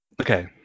Okay